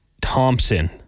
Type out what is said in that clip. Thompson